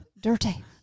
dirty